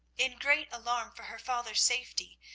in great alarm for her father's safety,